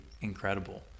incredible